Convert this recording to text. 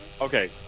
Okay